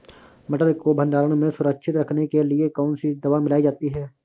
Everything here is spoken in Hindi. मटर को भंडारण में सुरक्षित रखने के लिए कौन सी दवा मिलाई जाती है?